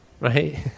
right